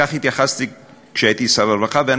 כך התייחסתי כשהייתי שר הרווחה,